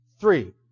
Three